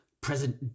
present